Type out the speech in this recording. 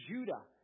Judah